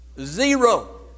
zero